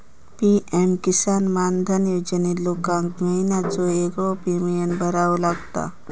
PM Kisan Maandhan योजनेत लोकांका महिन्याचो येगळो प्रीमियम भरावो लागता